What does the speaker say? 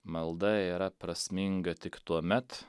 malda yra prasminga tik tuomet